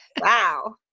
Wow